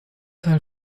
teil